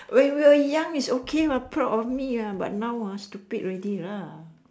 when we were young is okay what proud of me ah but now ah stupid already lah